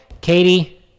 Katie